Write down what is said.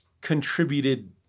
contributed